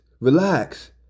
relax